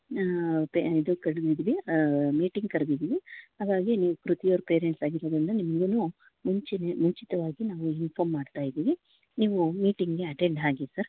pay ಇದು ಕರೆದಿದ್ವಿ meeting ಕರೆದಿದ್ವಿ ಹಾಗಾಗಿ ನೀವು ಕೃತಿ ಅವ್ರ ಪೇರೆಂಟ್ಸ್ ಆಗಿರೋದ್ರಿಂದ ನಿಮ್ಗೂ ಮುಂಚೆಯೇ ಮುಂಚಿತವಾಗಿ ನಾವು ಇನ್ಫಾಮ್ ಮಾಡ್ತಾಯಿದ್ದೀವಿ ನೀವು ಮೀಟಿಂಗ್ಗೆ ಅಟೆಂಡ್ ಆಗಿ ಸರ್